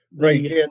Right